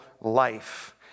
life